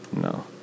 No